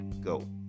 go